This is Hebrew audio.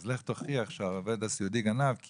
אז לך תוכיח שהעובד הסיעודי גנב,